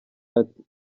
ati